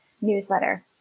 newsletter